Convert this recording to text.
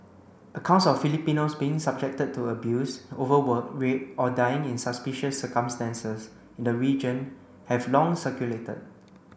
accounts of Filipinos being subjected to abuse overwork rape or dying in suspicious circumstances in the region have long circulated